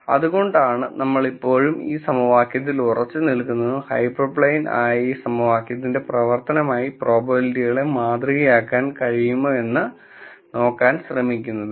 അതുകൊണ്ടാണ് നമ്മൾ ഇപ്പോഴും ഈ സമവാക്യത്തിൽ ഉറച്ചുനിൽക്കുന്നതും ഹൈപ്പർപ്ലെയ്ൻ ആയ ഈ സമവാക്യത്തിന്റെ പ്രവർത്തനമായി പ്രോബബിലിറ്റികളെ മാതൃകയാക്കാൻ കഴിയുമോ എന്ന് നോക്കാൻ ശ്രമിക്കുന്നതും